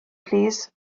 plîs